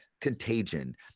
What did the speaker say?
contagion